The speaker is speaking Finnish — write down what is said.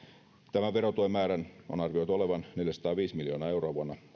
tämän verotuen määrän on arvioitu olevan neljäsataaviisi miljoonaa euroa vuonna